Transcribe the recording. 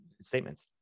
statements